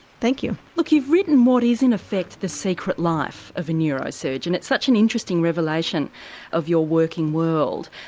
thank you. look, you've written what is in effect the secret life of a neurosurgeon. it's such an interesting revelation of your working world.